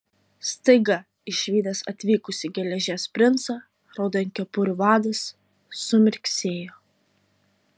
staiga išvydęs atvykusį geležies princą raudonkepurių vadas sumirksėjo